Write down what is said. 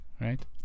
right